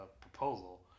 proposal